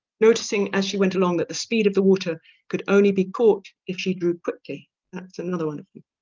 noticing as she went along that the speed of the water could only be caught if she drew quickly that's another one of them